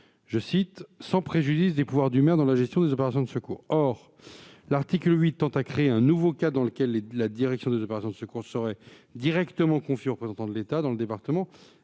se fait « sans préjudice des pouvoirs du maire dans la gestion des opérations de secours ».